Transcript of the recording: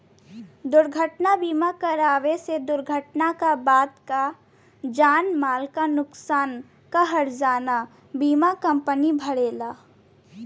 दुर्घटना बीमा करवले से दुर्घटना क बाद क जान माल क नुकसान क हर्जाना बीमा कम्पनी भरेला